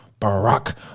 Barack